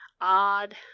odd